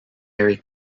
mary